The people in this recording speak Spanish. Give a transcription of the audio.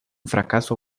fracaso